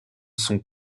son